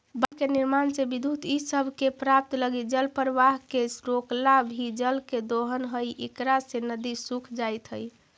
बाँध के निर्माण से विद्युत इ सब के प्राप्त लगी जलप्रवाह के रोकला भी जल के दोहन हई इकरा से नदि सूख जाइत हई